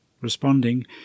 Responding